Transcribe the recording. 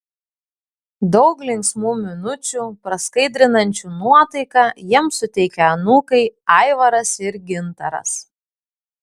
daug linksmų minučių praskaidrinančių nuotaiką jiems suteikia anūkai aivaras ir gintaras